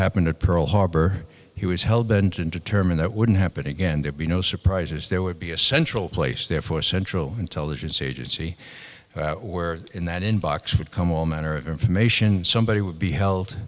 happened at pearl harbor he was hellbent and determined that wouldn't happen again there'd be no surprises there would be a central place therefore central intelligence agency where in that inbox would come all manner of information somebody would be held